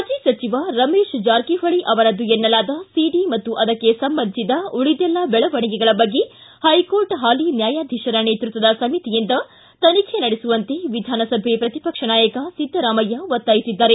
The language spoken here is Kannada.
ಮಾಜಿ ಸಚಿವ ರಮೇಶ ಜಾರಕಿಹೊಳ ಅವರದ್ದು ಎನ್ನಲಾದ ಸಿಡಿ ಮತ್ತು ಅದಕ್ಕೆ ಸಂಬಂಧಿಸಿದ ಉಳಿದೆಲ್ಲ ಬೆಳವಣಿಗೆಗಳ ಬಗ್ಗೆ ಹೈಕೋರ್ಟ್ ಹಾಲಿ ನ್ಯಾಯಾಧೀತರ ನೇತೃತ್ವದ ಸಮಿತಿಯಿಂದ ತನಿಖೆ ನಡೆಸುವಂತೆ ವಿಧಾನಸಭೆ ಪ್ರತಿಪಕ್ಷ ನಾಯಕ ಸಿದ್ದರಾಮಯ್ಯ ಒತ್ತಾಯಿಸಿದ್ದಾರೆ